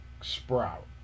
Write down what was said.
sprout